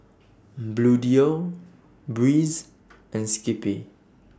Bluedio Breeze and Skippy